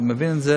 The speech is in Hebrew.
אני מבין את זה,